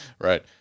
Right